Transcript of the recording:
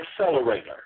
accelerator